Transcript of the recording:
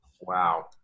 Wow